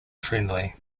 friendly